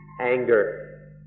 anger